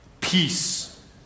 Peace